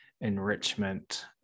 enrichment